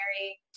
Mary